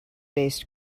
based